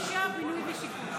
29, בינוי ושיכון.